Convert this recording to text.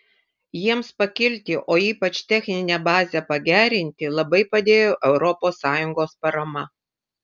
jiems pakilti o ypač techninę bazę pagerinti labai padėjo europos sąjungos parama